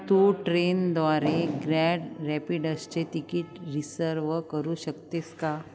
तू ट्रेनद्वारे ग्रॅड रॅपिडसचे ticket reserve करू शकतेस का